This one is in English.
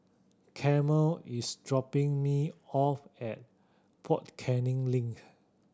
Carmel is dropping me off at Fort Canning Link